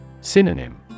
Synonym